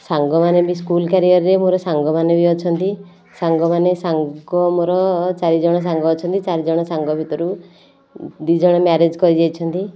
ସାଙ୍ଗମାନେ ବି ସ୍କୁଲ୍ କ୍ୟାରିୟର୍ରେ ମୋର ସାଙ୍ଗମାନେ ବି ଅଛନ୍ତି ସାଙ୍ଗମାନେ ସାଙ୍ଗ ମୋର ଚାରି ଜଣ ସାଙ୍ଗ ଅଛନ୍ତି ଚାରି ଜଣ ସାଙ୍ଗ ଭିତରୁ ଦୁଇ ଜଣ ମ୍ୟାରେଜ୍ କରି ଯାଇଛନ୍ତି